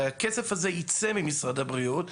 הרי הכסף הזה ייצא ממשרד הבריאות,